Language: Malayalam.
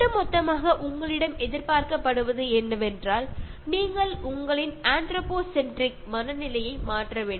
മൊത്തത്തിൽ എന്താണ് വേണ്ടതെന്ന് വെച്ചാൽ നിങ്ങൾ നിങ്ങളുടെ ആൻഡ്രോപോസെൻട്രിക് ചിന്താഗതി മാറ്റണം